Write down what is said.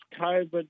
COVID